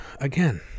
again